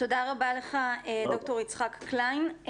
תודה רבה לך, ד"ר יצחק קליין.